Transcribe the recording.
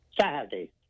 Saturday